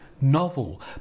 novel